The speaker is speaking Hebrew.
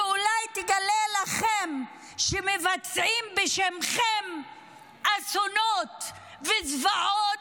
שאולי תגלה לכם שמבצעים בשמכם אסונות וזוועות,